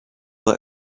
let